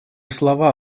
слова